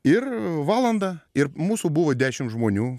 ir valanda ir mūsų buvo dešimt žmonių